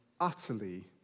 utterly